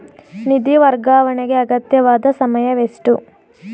ನಿಧಿ ವರ್ಗಾವಣೆಗೆ ಅಗತ್ಯವಾದ ಸಮಯವೆಷ್ಟು?